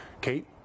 Kate